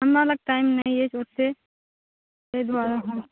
हमरा लग टाइम नहि अछि ओतेक ताहि द्वारे हम